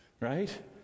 Right